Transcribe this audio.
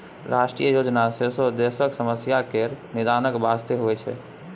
राष्ट्रीय योजना सौंसे देशक समस्या केर निदानक बास्ते होइ छै